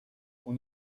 اون